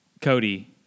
Cody